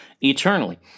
eternally